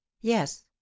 yes